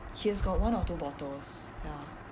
he's got one or two bottles ya